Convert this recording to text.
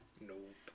Nope